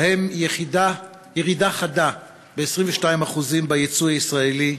ובהם ירידה חדה ב-22% ביצוא הישראלי,